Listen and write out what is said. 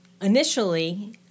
initially